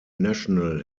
national